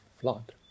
flood